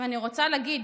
אני רוצה להגיד,